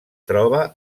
troba